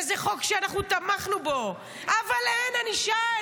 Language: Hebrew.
וזה חוק שאנחנו תמכנו בו, אבל אין ענישה.